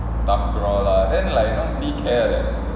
takraw lah then like nobody care leh